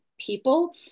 people